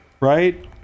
right